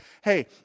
hey